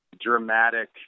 dramatic